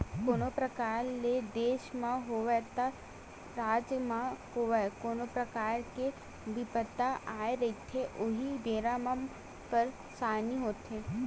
कोनो परकार ले देस म होवय ते राज म होवय कोनो परकार के बिपदा आए रहिथे उही बेरा म परसानी होथे